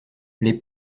les